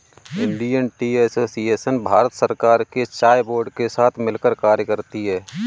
Indian tea association Bharat सरकार के चाय बोर्ड के साथ मिलकर कार्य करती है